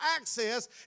access